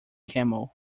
camel